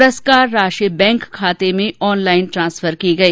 पुरस्कार राशि बैंक खाते में ऑन लाईन ट्रांसफर की गई